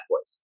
voice